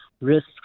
risks